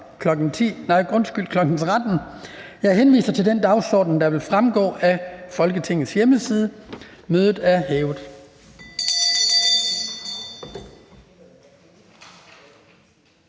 den 21. februar 2024, kl. 13.00. Jeg henviser til den dagsorden, der vil fremgå af Folketingets hjemmeside. Mødet er hævet.